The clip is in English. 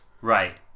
Right